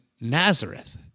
Nazareth